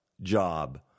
job